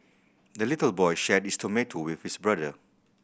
the little boy shared his tomato with his brother